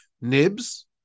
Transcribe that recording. nibs